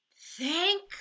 thank